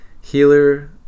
healer